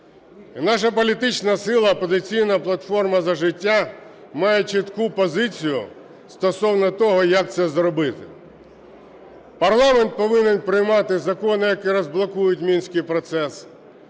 Наша політична сила "Опозиційна платформа – За життя" має чітку позицію стосовно того, як це зробити. Парламент повинен приймати закони, які розблокують Мінський процес.